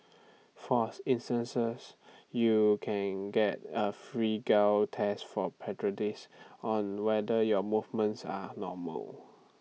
for instances you can get A free gel test for on whether your movements are normal